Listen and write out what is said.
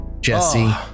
Jesse